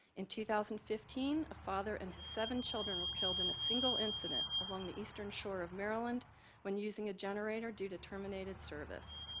in two thousand and fifteen, a father and his seven children were killed in a single incident along the eastern shore of maryland when using a generator due to terminated service.